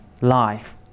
life